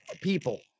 people